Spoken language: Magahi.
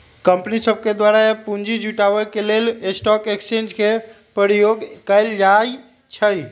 कंपनीय सभके द्वारा पूंजी जुटाबे के लेल स्टॉक एक्सचेंज के प्रयोग कएल जाइ छइ